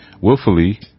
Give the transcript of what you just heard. willfully